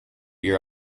your